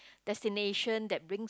destination that brings